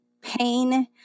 pain